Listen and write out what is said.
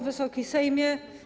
Wysoki Sejmie!